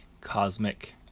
Cosmic